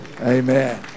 Amen